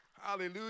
Hallelujah